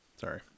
Sorry